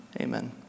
Amen